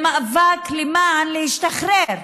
זה מאבק למען שחרור